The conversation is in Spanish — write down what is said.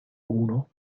uno